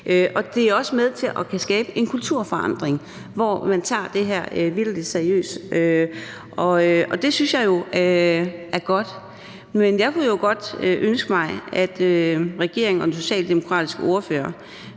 Det er også med til at kunne skabe en kulturforandring, hvor man vitterlig tager det her seriøst, og det synes jeg er godt. Men jeg kunne godt ønske mig, at regeringen og den socialdemokratiske ordfører